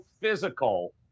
physical